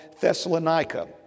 Thessalonica